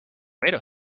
tomato